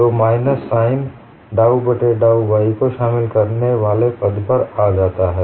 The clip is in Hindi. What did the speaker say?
तो माइनस साइन डाउ बट्टे डाउ y को शामिल करने वाले पद पर आता है